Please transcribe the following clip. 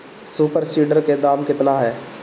Super seeder के दाम केतना ह?